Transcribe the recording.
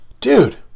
dude